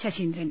Saseendran